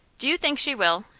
do you think she will?